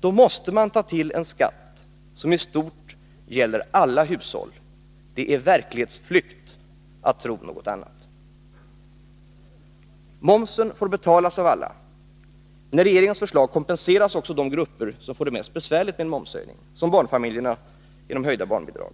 då måste man ta till en skatt som istort gäller alla hushåll. Det är verklighetsflykt att tro något annat. Momsen får betalas av alla, men i regeringens förslag kompenseras också de grupper som får det mest besvärligt med en momshöjning — t.ex. barnfamiljerna genom höjda barnbidrag.